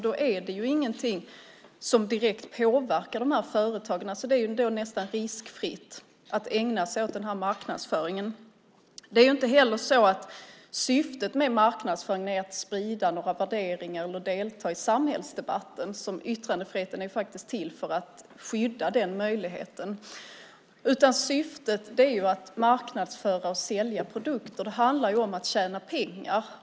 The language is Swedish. Det är ingenting som direkt påverkar dessa företag. Det är riskfritt att ägna sig åt den här marknadsföringen. Syftet med marknadsföringen är inte att sprida några värderingar eller att delta i samhällsdebatten. Yttrandefriheten är till för att skydda den möjligheten. Syftet är att marknadsföra och sälja produkter. Det handlar om att tjäna pengar.